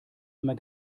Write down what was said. immer